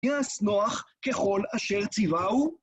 ויעש נח ככל אשר צוהו